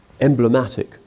emblematic